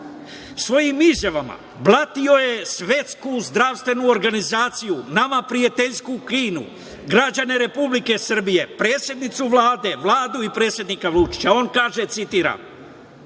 Svojim izjavama blatio je Svetsku zdravstvenu organizaciju, nama prijateljsku Kinu, građane Republike Srbije, predsednicu Vlade, Vladu i predsednika Vučića. Ona kaže citiram